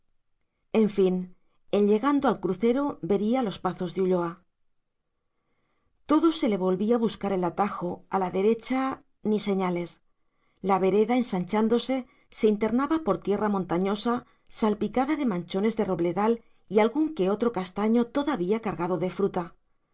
en fin en llegando al crucero vería los pazos de ulloa todo se le volvía buscar el atajo a la derecha ni señales la vereda ensanchándose se internaba por tierra montañosa salpicada de manchones de robledal y algún que otro castaño todavía cargado de fruta